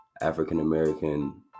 African-American